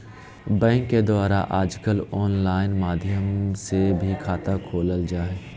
bank के द्वारा आजकल आनलाइन माध्यम से भी खाता खोलल जा हइ